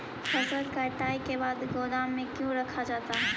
फसल कटाई के बाद गोदाम में क्यों रखा जाता है?